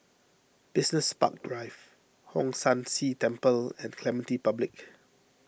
Business Park Drive Hong San See Temple and Clementi Public